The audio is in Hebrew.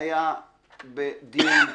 היה בדיון.